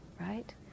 right